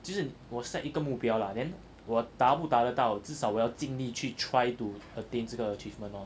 其实我 set 一个目标啦 then 我达不达得到至少我要尽力去 try to attain 这个 achievement lor